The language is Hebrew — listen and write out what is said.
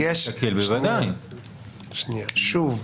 שוב: